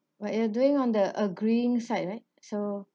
but you're doing on the agreeing side right so